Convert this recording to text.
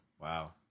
wow